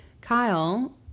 Kyle